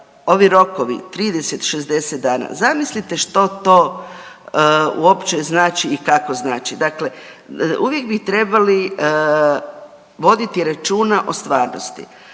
ovi rokovi 30, 60 dana zamislite što to uopće znači i kako znači. Dakle, uvijek bi trebali voditi računa o stvarnosti,